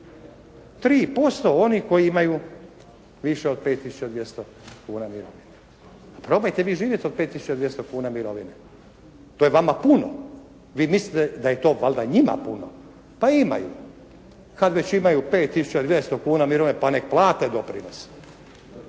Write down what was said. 3% onih koji imaju više od 5200 kuna mirovine. Pa probajte vi živjeti od 5200 kuna mirovine. To je vama puno. Vi mislite da je to valjda njima puno. Pa imaju. Kad već imaju 5200 kuna mirovine pa nek plate doprinos.